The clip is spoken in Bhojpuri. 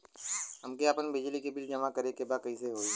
हमके आपन बिजली के बिल जमा करे के बा कैसे होई?